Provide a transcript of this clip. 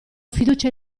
fiducia